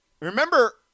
Remember